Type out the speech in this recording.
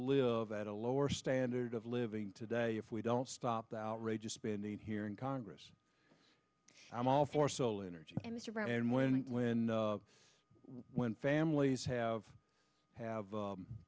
live at a lower standard of living today if we don't stop the outrageous spending here in congress i'm all for solar energy and when when when families have have